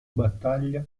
battaglia